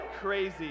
crazy